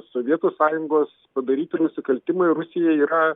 sovietų sąjungos padaryti nusikaltimai rusijai yra